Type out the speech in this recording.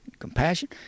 Compassion